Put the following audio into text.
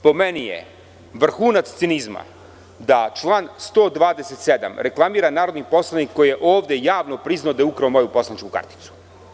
Po meni je vrhunac cinizma da član 127. reklamira narodni poslanik koji je ovde javno priznao da je ukrao moju poslaničku karticu.